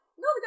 No